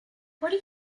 what